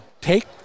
take